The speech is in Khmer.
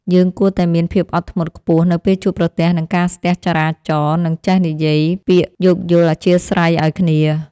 យើងគួរតែមានភាពអត់ធ្មត់ខ្ពស់នៅពេលជួបប្រទះនឹងការស្ទះចរាចរណ៍និងចេះនិយាយពាក្យយោគយល់អធ្យាស្រ័យឱ្យគ្នា។